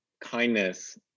kindness